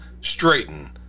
straighten